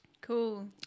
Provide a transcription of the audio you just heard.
cool